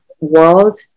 world